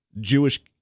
Jewish